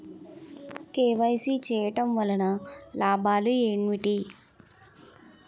KYC చేయటం వలన లాభాలు ఏమిటి?